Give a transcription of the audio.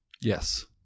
Yes